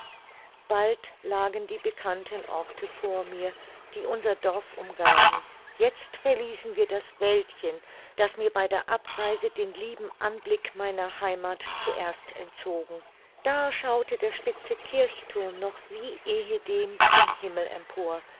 bald lagen die bekannten orte vor mir die unser dorf umgaben jetzt verließen wir das wäldchen das mir bei der abreise den lieben anblick meiner heimath zuerst entzogen da schaute der spitze kirchthurm noch wie ehedem zum himmel empor